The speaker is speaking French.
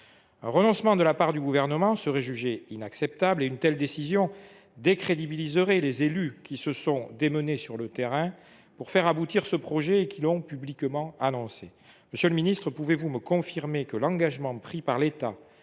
Un renoncement de la part du Gouvernement serait jugé inacceptable et une telle décision décrédibiliserait les élus qui se sont démenés sur le terrain pour faire aboutir ce projet et qui l’ont publiquement annoncé. Monsieur le secrétaire d’État, pouvez vous me confirmer que l’engagement pris par l’État